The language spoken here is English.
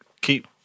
Keep